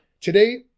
today